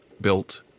built